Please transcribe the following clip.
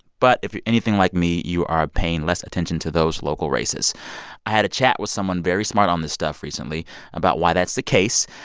but if you're anything like me, you are paying less attention to those local races i had a chat with someone very smart on this stuff recently about why that's the case.